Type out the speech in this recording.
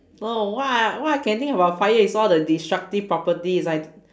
no what what I can think about fire is all the destructive properties I d~